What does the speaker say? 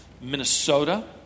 Minnesota